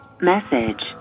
Message